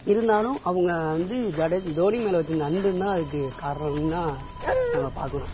இருந்தாலும் அவங்க வந்து ஜடே தோனி மேல் வச்சுருந்த அன்பும் தான் அதுக்கு காரணோன்னுதான் நம்ம பார்க்கணும்